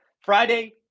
Friday